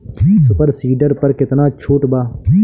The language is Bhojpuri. सुपर सीडर पर केतना छूट बा?